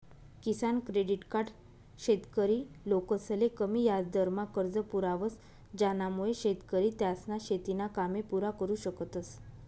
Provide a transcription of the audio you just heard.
किसान credit card शेतकरी लोकसले कमी याजदरमा कर्ज पुरावस ज्यानामुये शेतकरी त्यासना शेतीना कामे पुरा करु शकतस